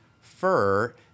fur